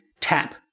tap